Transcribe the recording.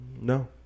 No